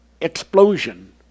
explosion